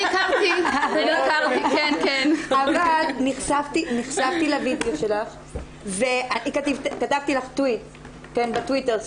אבל נחשפתי לוידאו שלך וכתבתי לך טוויט בטוויטר.